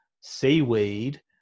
seaweed